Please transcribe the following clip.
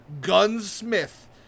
Gunsmith